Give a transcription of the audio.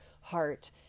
heart